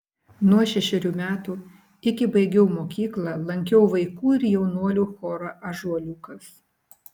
nuo šešerių metų iki baigiau mokyklą lankiau vaikų ir jaunuolių chorą ąžuoliukas